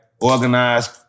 organized